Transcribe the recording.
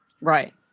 Right